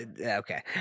okay